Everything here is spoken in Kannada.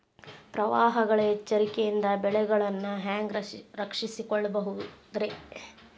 ಪ್ರವಾಹಗಳ ಎಚ್ಚರಿಕೆಯಿಂದ ಬೆಳೆಗಳನ್ನ ಹ್ಯಾಂಗ ರಕ್ಷಿಸಿಕೊಳ್ಳಬಹುದುರೇ?